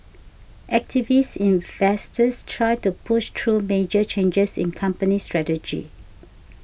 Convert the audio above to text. activist investors try to push through major changes in company strategy